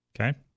okay